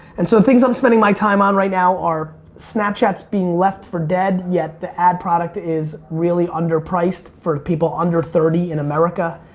and so things i'm spending my time on right now are snapchats are being left for dead yet the ad product is really underpriced for people under thirty in america.